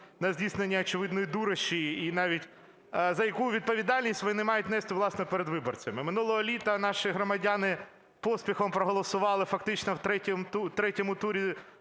на здійснення очевидної дурості, за яку відповідальність вони мають нести, власне, перед виборцями. Минулого літа наші громадяни поспіхом проголосували фактично в третьому турі